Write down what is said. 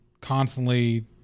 constantly